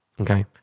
Okay